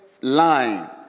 line